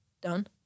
done